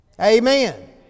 Amen